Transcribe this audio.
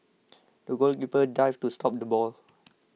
the goalkeeper dived to stop the ball